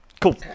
Cool